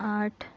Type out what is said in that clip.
आठ